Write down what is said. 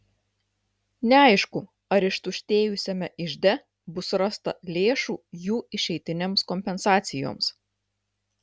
neaišku ar ištuštėjusiame ižde bus rasta lėšų jų išeitinėms kompensacijoms